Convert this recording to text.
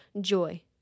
joy